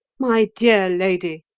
my dear lady,